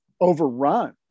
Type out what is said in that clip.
overrun